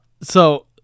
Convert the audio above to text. So-